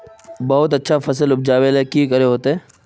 बहुत अच्छा फसल उपजावेले की करे होते?